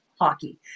hockey